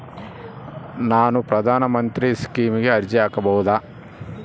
ನಾನು ಪ್ರಧಾನ ಮಂತ್ರಿ ಸ್ಕೇಮಿಗೆ ಅರ್ಜಿ ಹಾಕಬಹುದಾ?